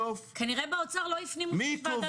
כנראה באוצר לא הפנימו שיש ועדת בריאות.